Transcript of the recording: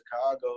Chicago